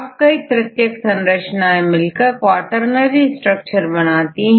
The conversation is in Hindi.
अब कई तृतीयक संरचना मिलकर क्वॉटरनरी स्ट्रक्चर बनाती है